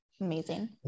Amazing